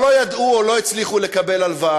אבל הם לא ידעו או לא הצליחו לקבל הלוואה,